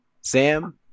Sam